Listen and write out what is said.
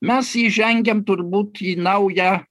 mes įžengėm turbūt į naują